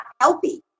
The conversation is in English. healthy